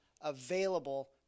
available